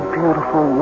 beautiful